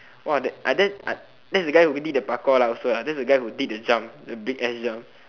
!wah! that ah then ah that's the guy who did the parkour lah also that the guy who did the jump the big ass jump